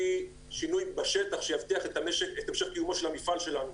שינוי בשטח שיבטיח את המשך קיומו של המפעל שלנו.